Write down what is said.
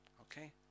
Okay